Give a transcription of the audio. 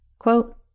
Quote